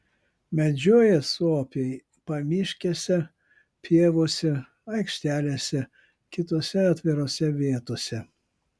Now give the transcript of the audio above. medžioja suopiai pamiškėse pievose aikštelėse kitose atvirose vietose